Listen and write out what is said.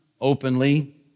openly